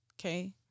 okay